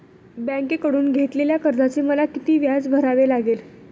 बँकेकडून घेतलेल्या कर्जाचे मला किती व्याज भरावे लागेल?